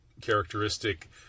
characteristic